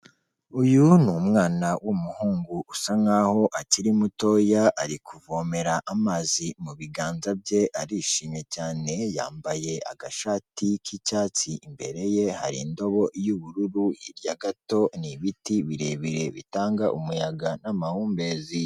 Uyu ni umwana w'umuhungu usa nk'aho akiri mutoya, ari kuvomera amazi mu biganza bye arishimye cyane, yambaye agashati k'icyatsi, imbere ye hari indobo y'ubururu hirya gato ni ibiti birebire bitanga umuyaga n'amahumbezi.